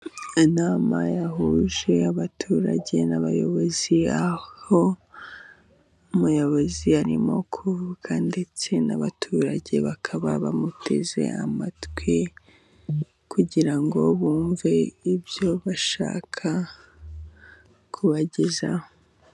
Inama yahuje abaturage n'abayobozi aho umuyobozi arimo kuvuga ndetse n'abaturage bakaba bamuteze amatwi kugira ngo bumve ibyo ashaka kubagezaho.